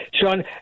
Sean